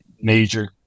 major